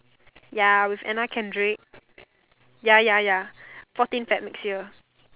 ya with Anna-Carrick ya ya ya fourteen Feb next year